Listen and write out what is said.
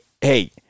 Hey